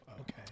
okay